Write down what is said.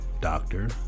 doctor